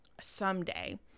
someday